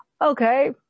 okay